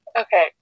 Okay